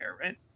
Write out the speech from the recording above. right